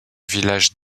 village